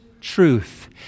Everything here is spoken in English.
truth